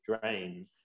drain